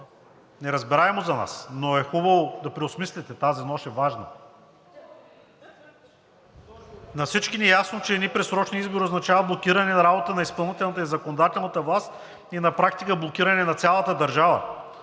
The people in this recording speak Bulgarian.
неразбираемо за нас. Но е хубаво да преосмислите, тази нощ е важна. (Смях от ГЕРБ-СДС.) На всички ни е ясно, че едни предсрочни избори означават блокиране на работата на изпълнителната и законодателната власт и на практика блокиране на цялата държава